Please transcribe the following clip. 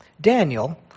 Daniel